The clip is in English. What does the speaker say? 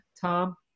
Tom